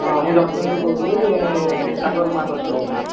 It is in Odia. ହଁ ମୁଁ ଜଟଣୀରୁ କହୁଥିଲି ସାଗର ମହାପାତ୍ର ବୋଲି